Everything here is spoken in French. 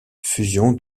fusion